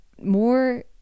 more